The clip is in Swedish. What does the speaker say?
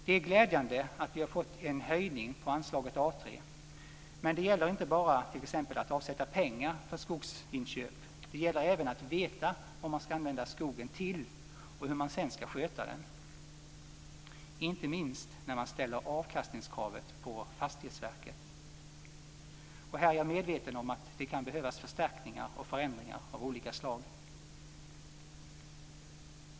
Det är glädjande att vi har fått en höjning av anslaget A3, men det gäller inte bara att t.ex. avsätta pengar till skogsinköp; det gäller även att veta vad man ska använda skogen till och hur man sedan ska sköta den, inte minst när man ställer avkastningskrav på Fastighetsverket. Här är jag medveten om att det kan behövas förstärkningar och förändringar av olika slag.